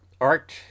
Art